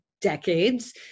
decades